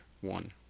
One